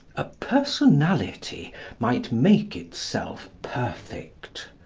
a personality might make itself perfect.